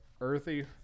earthy